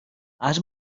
has